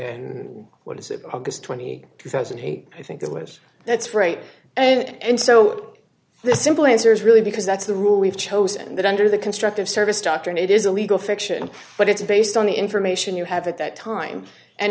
end what is it august twenty two thousand and eight i think it was that's right and so the simple answer is really because that's the rule we've chosen that under the construct of service doctrine it is a legal fiction but it's based on the information you have at that time and